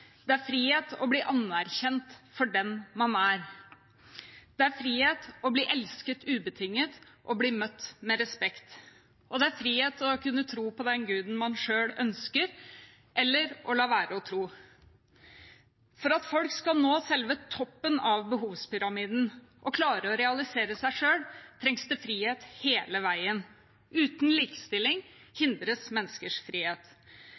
Det er frihet å bli anerkjent for den man er. Det er frihet å bli elsket ubetinget og bli møtt med respekt. Og det er frihet å kunne tro på den guden man selv ønsker, eller å la være å tro. For at folk skal nå selve toppen av behovspyramiden og klare å realisere seg selv, trengs det frihet hele veien. Uten likestilling